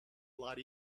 lot